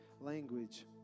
language